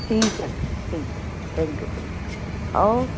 ਠੀਕ ਹੈ ਠੀਕ ਹੈ sir thank you thank you okay